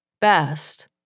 Best